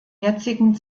jetzigen